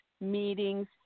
meetings